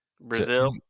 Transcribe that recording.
brazil